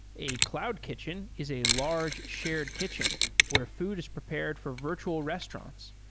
a cloud kitchen is a large, shared kitchen where food is prepared for virtual restaurants.